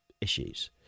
issues